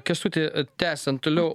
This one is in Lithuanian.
kęstuti tęsiant toliau